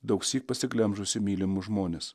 daugsyk pasiglemžusi mylimus žmones